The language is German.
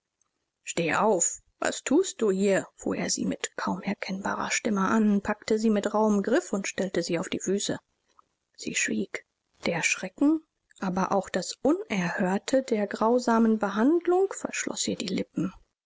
steh auf was thust du hier fuhr er sie mit kaum erkennbarer stimme an packte sie mit rauhem griff und stellte sie auf die füße sie schwieg der schrecken aber auch das unerhörte der grausamen behandlung verschloß ihr die lippen